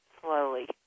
slowly